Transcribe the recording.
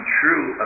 true